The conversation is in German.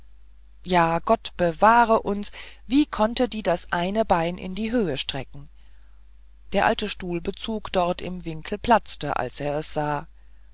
ja gott bewahre uns wie konnte sie das eine bein in die höhe strecken der alte stuhlbezug dort im winkel platzte als er es sah